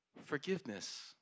Forgiveness